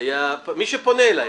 מי שפונה אלי.